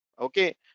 okay